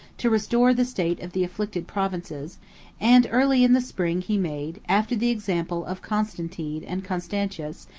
to restore the state of the afflicted provinces and early in the spring he made, after the example of constantine and constantius,